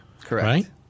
Correct